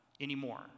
anymore